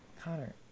Connor